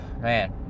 man